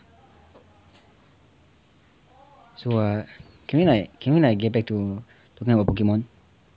so what ah can we like can we like get back to talking about pokemon